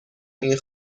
این